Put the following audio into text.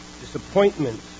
Disappointment